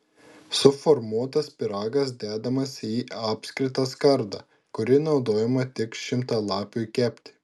suformuotas pyragas dedamas į apskritą skardą kuri naudojama tik šimtalapiui kepti